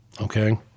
Okay